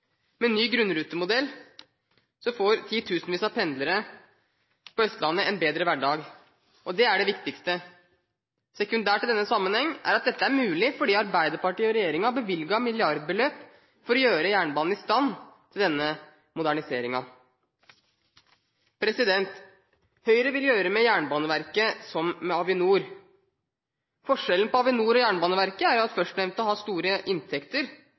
med oppturer. Med ny grunnrutemodell får titusenvis av pendlere på Østlandet en bedre hverdag, og det er det viktigste. Sekundært i denne sammenheng er at dette er mulig fordi Arbeiderpartiet og regjeringen har bevilget milliardbeløp for å gjøre jernbanen i stand til denne moderniseringen. Høyre vil gjøre med Jernbaneverket som med Avinor. Forskjellen på Avinor og Jernbaneverket er at førstnevnte har store inntekter,